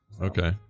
Okay